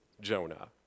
Jonah